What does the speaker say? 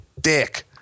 dick